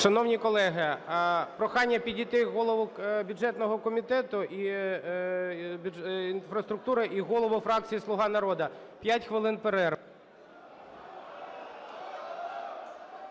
Шановні колеги, прохання підійти голові бюджетного комітету і інфраструктури, і голові фракції "Слуга народу". 5 хвилин – перерва.